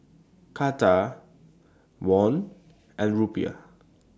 Taka Won and Rupiah